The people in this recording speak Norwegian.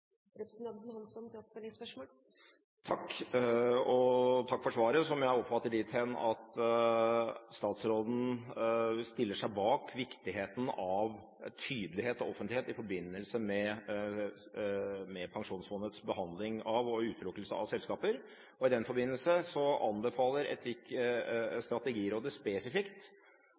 Takk for svaret, som jeg oppfatter dit hen at statsråden stiller seg bak viktigheten av tydelighet og offentlighet i forbindelse med pensjonsfondets behandling av og utelukkelse av selskaper. I den forbindelse anbefaler Strategirådet, slik vi leser anbefalingen, spesifikt